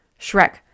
Shrek